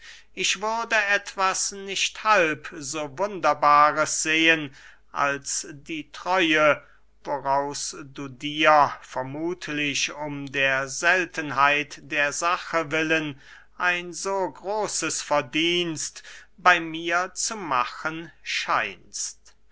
ich würde etwas nicht halb so wunderbares sehen als die treue woraus du dir vermuthlich um der seltenheit der sache willen ein so großes verdienst bey mir zu machen scheinst